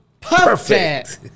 Perfect